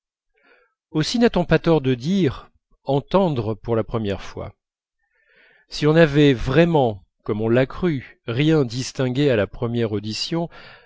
aussi n'a-t-on pas tort de dire entendre pour la première fois si l'on n'avait vraiment comme on l'a cru rien distingué à la première audition